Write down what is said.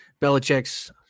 Belichick's